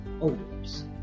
odors